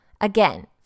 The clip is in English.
Again